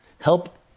Help